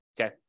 Okay